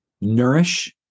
nourish